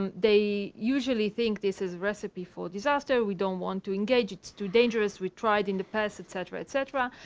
um they usually think this is a recipe for disaster. we don't want to engage. it's too dangerous. we tried in the past, etc, etc.